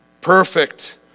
perfect